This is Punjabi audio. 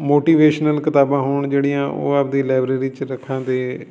ਮੋਟੀਵੇਸ਼ਨਲ ਕਿਤਾਬਾਂ ਹੋਣ ਜਿਹੜੀਆਂ ਉਹ ਆਪਦੀ ਲਾਇਬ੍ਰੇਰੀ 'ਚ ਰੱਖਣ ਅਤੇ